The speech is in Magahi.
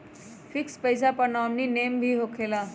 फिक्स पईसा पर नॉमिनी नेम भी होकेला?